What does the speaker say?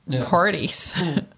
parties